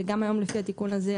וגם היום לפי התיקון הזה,